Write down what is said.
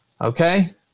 Okay